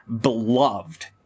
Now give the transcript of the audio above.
beloved